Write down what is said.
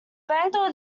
bangor